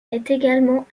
également